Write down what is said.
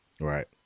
Right